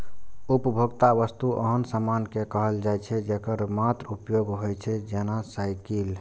उपभोक्ता वस्तु ओहन सामान कें कहल जाइ छै, जेकर मात्र उपभोग होइ छै, जेना साइकिल